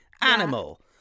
animal